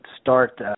start